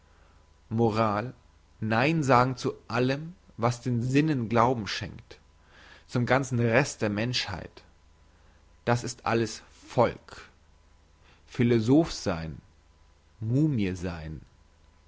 moral neinsagen zu allem was den sinnen glauben schenkt zum ganzen rest der menschheit das ist alles volk philosoph sein mumie sein